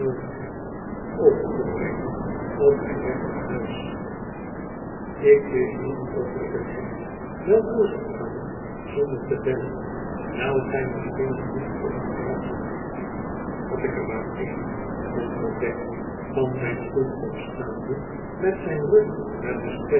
over te brengen op mijn weg naar huis ik wist niet of ik het hek wel door zou gaan zonder te bellen wijl gij misschien een hond op het erf hadt had ik er maar een mompelt wegg van zijn stoel opstaande met zijn rug naar den